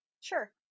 sure